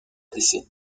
décennie